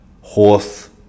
horse